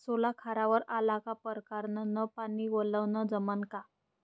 सोला खारावर आला का परकारं न पानी वलनं जमन का?